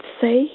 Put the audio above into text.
say